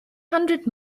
hundred